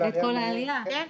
כן.